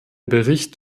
bericht